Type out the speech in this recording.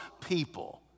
people